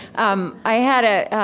um i had a